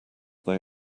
they